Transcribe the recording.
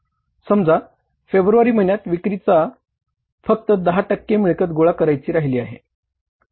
समजा फेब्रुवारी महिन्यात विक्रीची फक्त 10 टक्के मिळकत गोळ करायची राहीली आहे